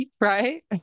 right